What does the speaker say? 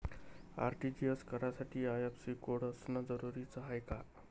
RTGS करासाठी IFSC code असनं जरुरीच हाय का?